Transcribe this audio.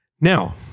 Now